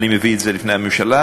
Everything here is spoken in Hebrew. אני מביא את זה בפני הממשלה.